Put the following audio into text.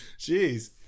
Jeez